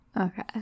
Okay